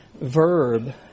verb